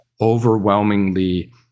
overwhelmingly